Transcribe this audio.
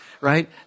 right